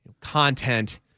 content